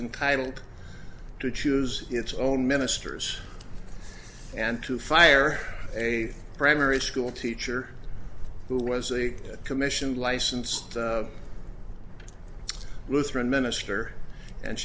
entitle to choose its own ministers and to fire a primary school teacher who was a commissioned licensed lutheran minister and